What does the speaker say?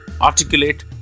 Articulate